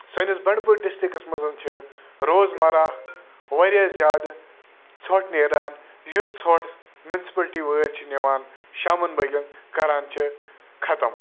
سٲنِس بَنٛڈپوٗرۍ ڈِسٹِرٛکَس منٛز چھِ روزمَرہ واریاہ زیادٕ ژھۄٹھ نیران یُس ژھۄٹھ مٕنسپٕلٹی وٲلۍ چھِ نِوان شامَن بٲگٮ۪ن کَران چھِ ختم